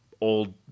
old